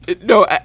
No